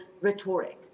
rhetoric